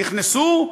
נכנסו,